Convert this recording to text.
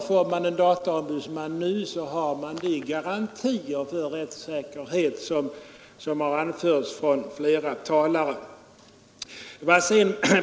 Får vi en dataombudsman nu har vi de garantier för säkerheten varom önskemål framförts av flera talare.